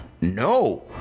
No